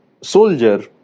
soldier